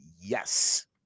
yes